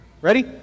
Ready